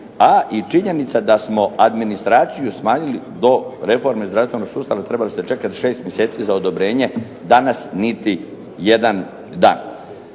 a i činjenica da smo administraciju smanjili do reforme zdravstvenog sustava trebali ste čekati šest mjeseci za odobrenje. Danas niti jedan dan.